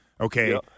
okay